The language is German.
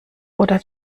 oder